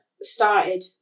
started